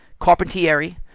Carpentieri